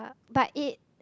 but it